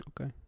Okay